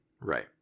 Right